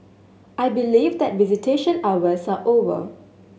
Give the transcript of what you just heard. I believe that visitation hours are over